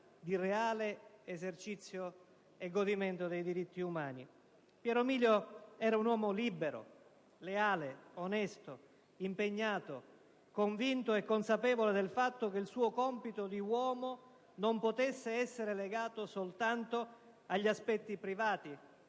di reale esercizio e godimento dei diritti umani. Piero Milio era un uomo libero, leale, onesto, impegnato, convinto e consapevole del fatto che il suo compito di uomo non potesse essere legato soltanto agli aspetti privati,